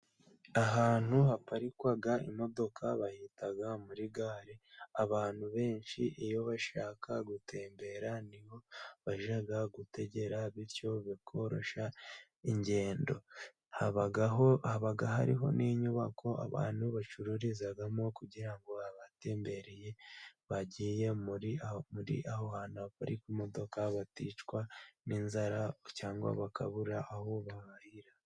Ahantu haparikwa imodoka bahitaga muri gare. Abantu benshi iyo bashaka gutembera niho bajyaga gutegera, bityo bikoroshya ingendo. Habaho haba hariho n'inyubako abantu bacururizamo kugira ngo abatembereye bagiye muri aho hantu haparika imodoka baticwa n'inzara, cyangwa bakabura aho bahira.